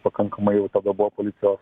pakankamai jau tada buvo policijos